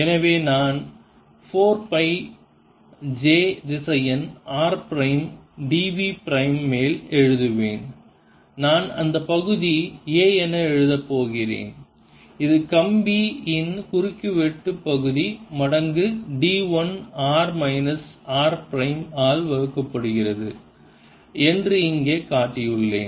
எனவே இதை நான் 4 பை j திசையன் r prime d v prime மேல் எழுதுவேன் நான் அந்த பகுதி A என எழுதப் போகிறேன் இது கம்பி இன் குறுக்கு வெட்டு பகுதி மடங்கு d l r minus minus r prime ஆல் வகுக்கப்படுகிறது என்று இங்கே காட்டியுள்ளேன்